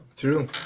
true